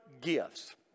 gifts